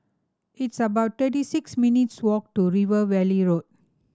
it's about thirty six minutes' walk to River Valley Road